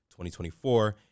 2024